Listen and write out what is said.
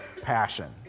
passion